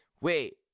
wait